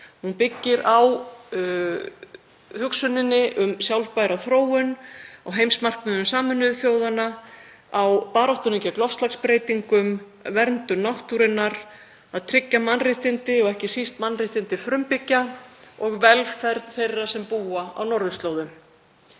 Hún byggir á hugsuninni um sjálfbæra þróun, heimsmarkmiðum Sameinuðu þjóðanna, baráttunni gegn loftslagsbreytingum, vernd náttúrunnar, á því að tryggja mannréttindi og ekki síst mannréttindi frumbyggja og velferð þeirra sem búa á norðurslóðum.